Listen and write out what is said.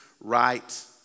right